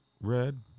red